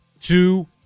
two